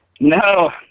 No